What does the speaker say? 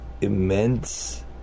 immense